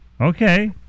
Okay